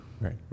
right